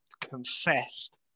confessed